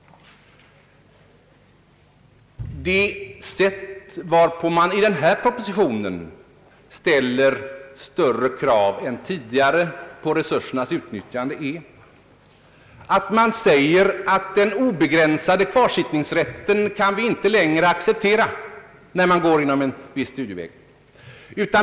I denna proposition ställer man större krav än tidigare på resursernas utnyttjande genom att säga att vi inte längre kan acceptera den obegränsade kvarsittningsrätten när studenterna går en viss studieväg.